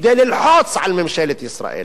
כדי ללחוץ על ממשלת ישראל.